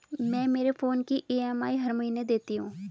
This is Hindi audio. मैं मेरे फोन की ई.एम.आई हर महीने देती हूँ